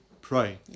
pray